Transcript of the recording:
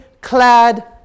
clad